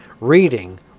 reading